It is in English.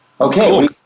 Okay